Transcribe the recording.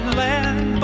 land